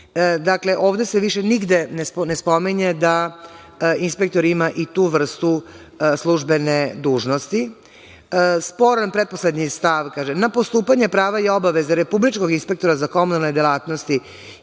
Dakle, ovde se više nigde ne spominje da inspektor ima i tu vrstu službene dužnosti. Sporan pretposlednji stav, kaže – na postupanje prava i obaveza republičkog inspektora za komunalne delatnosti